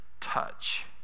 touch